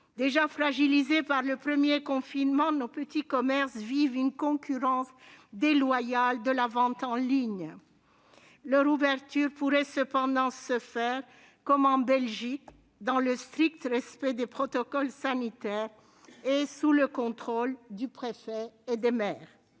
Déjà fragilisés par le premier confinement, nos petits commerces subissent la concurrence déloyale de la vente en ligne. Leur ouverture pourrait cependant être assurée, comme en Belgique, dans le strict respect des protocoles sanitaires et sous le contrôle du préfet et des maires.